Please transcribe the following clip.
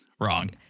Wrong